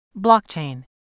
Blockchain